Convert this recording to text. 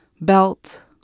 Belt